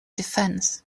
defense